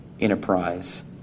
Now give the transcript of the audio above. enterprise